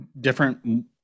different